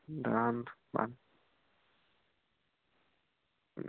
आं